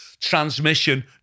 transmission